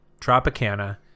Tropicana